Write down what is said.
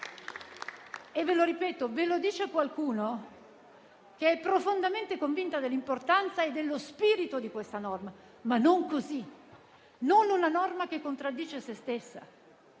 Ripeto, ve lo dice qualcuno che è profondamente convinto dello spirito di questa norma, ma non così, non una norma che contraddice sé stessa.